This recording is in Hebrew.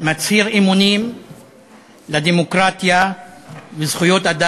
מצהיר אמונים לדמוקרטיה וזכויות אדם,